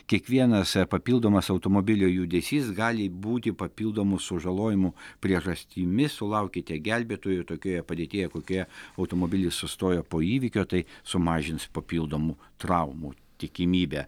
kiekvienas papildomas automobilio judesys gali būti papildomų sužalojimų priežastimi sulaukite gelbėtojų tokioje padėtyje kokioje automobilis sustojo po įvykio tai sumažins papildomų traumų tikimybę